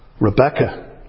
Rebecca